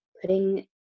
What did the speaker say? putting